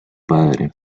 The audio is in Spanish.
padre